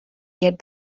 get